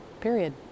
period